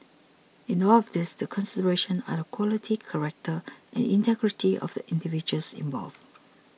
in all of these the considerations are the quality character and integrity of the individuals involved